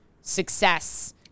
success